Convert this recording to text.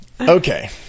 okay